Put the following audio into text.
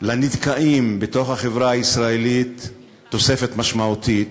לנדכאים בתוך החברה הישראלית תוספת משמעותית,